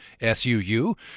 SUU